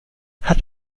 hat